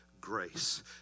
grace